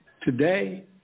Today